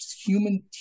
human